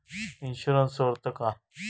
इन्शुरन्सचो अर्थ काय असा?